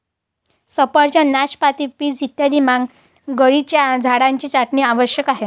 सफरचंद, नाशपाती, पीच इत्यादी पानगळीच्या झाडांची छाटणी आवश्यक आहे